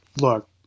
look